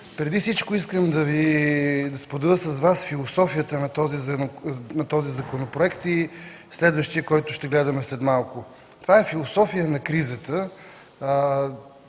Преди всичко искам да споделя с Вас философията на този законопроект и следващия, който ще гледаме след малко. Това е философия на кризата,